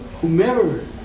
whomever